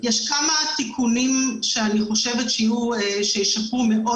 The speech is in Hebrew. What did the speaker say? יש כמה תיקונים שאני חושבת שישפרו מאוד